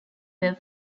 were